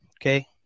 Okay